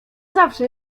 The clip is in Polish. zawsze